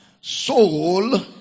Soul